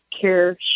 care